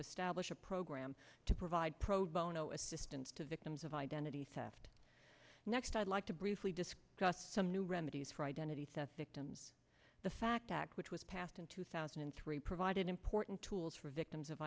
establish a program to provide pro bono assistance to victims of identity theft next i'd like to briefly discuss some new remedies for identity theft victims the fact act which was passed in two thousand and three provided important tools for victims of